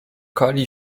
kali